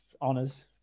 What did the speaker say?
honors